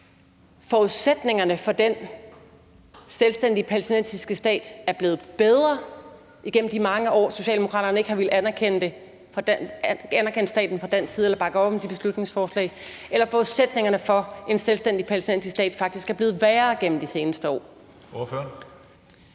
forudsætningerne for den selvstændige palæstinensiske stat er blevet bedre igennem de mange år, hvor Socialdemokraterne ikke har villet anerkende staten fra dansk side eller bakke op om de beslutningsforslag, eller at forudsætningerne for en selvstændig palæstinensisk stat faktisk er blevet værre igennem de seneste år?